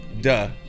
Duh